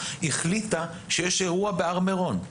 החליטה שיש אירוע בהר מירון,